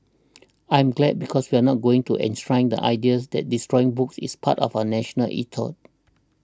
I'm glad because we're not going to enshrine the ideas that destroying books is part of our national ethos